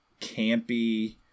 campy